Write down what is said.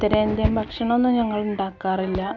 ഉത്തരേന്ത്യൻ ഭക്ഷണം ഒന്നും ഞങ്ങൾ ഉണ്ടാക്കാറില്ല